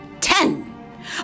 Ten